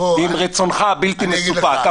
ועם רצונך הבלתי מסופק.